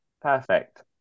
Perfect